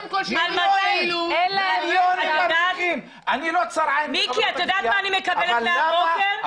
אני לא צר עין בחברות הגבייה,